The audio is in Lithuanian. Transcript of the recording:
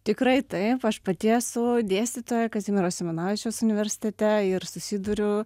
tikrai taip aš pati esu dėstytoja kazimiero simonavičiaus universitete ir susiduriu